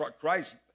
Christ